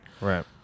Right